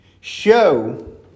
show